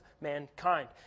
mankind